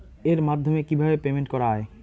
এর মাধ্যমে কিভাবে পেমেন্ট করা য়ায়?